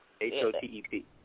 H-O-T-E-P